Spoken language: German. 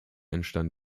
entstand